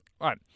right